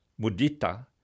mudita